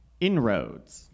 Inroads